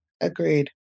Agreed